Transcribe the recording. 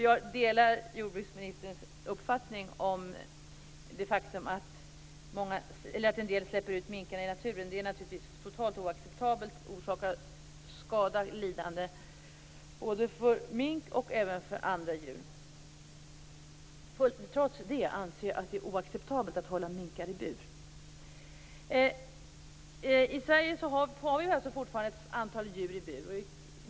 Jag delar jordbruksministerns uppfattning om att det faktum att en del människor släpper ut minkar i naturen naturligtvis är totalt oacceptabelt och orsakar skada och lidande för både mink och andra djur. Trots det anser jag att det är oacceptabelt att hålla minkar i bur. I Sverige hålls fortfarande ett antal djur i bur.